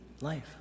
life